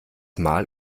mal